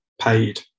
paid